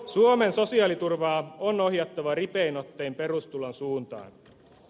suomen sosiaaliturvaa on ohjattava ripein ottein perustulon suuntaan